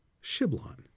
Shiblon